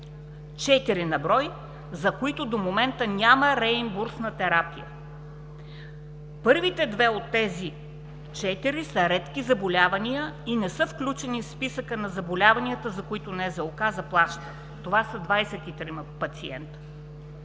4 на брой, за които до момента няма реимбурсна терапия. Първите две от тези четири са редки заболявания и не са включени в списъка на заболявания, за които НЗОК заплаща – 23 пациенти